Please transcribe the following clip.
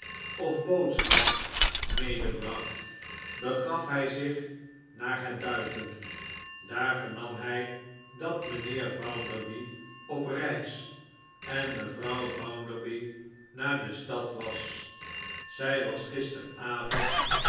of boodschap medebracht begaf hij zich naar het buiten daar vernam hij dat mijnheer bounderby op reis en mevrouw bounderby naar de stad was zij was gisteravond